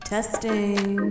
Testing